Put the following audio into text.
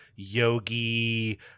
Yogi